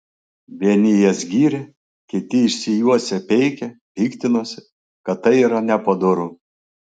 vieni jas gyrė kiti išsijuosę peikė piktinosi kad tai yra nepadoru